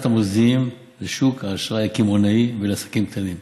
לשוק האשראי הקמעונאי ולעסקים קטנים.